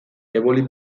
eboli